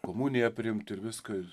komuniją priimti ir viską